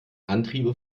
antriebe